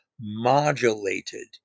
modulated